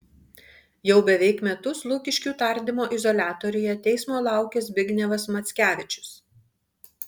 jau beveik metus lukiškių tardymo izoliatoriuje teismo laukia zbignevas mackevičius